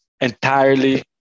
entirely